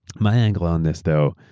my angle on this, though,